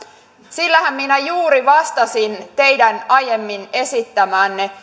sillähän minä juuri vastasin teidän aiemmin esittämäänne